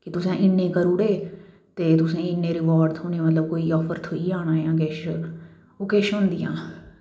कि तुसें इन्ने करुड़े ते तुसेंई इन्ने रिवॉर्ड़ थ्होने मतलव कोई ऑफर थ्होई जाना जां कुछ ओह् किश होंदियां